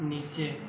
नीचे